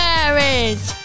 Marriage